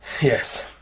Yes